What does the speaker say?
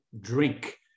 drink